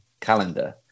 calendar